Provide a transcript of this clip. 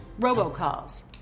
robocalls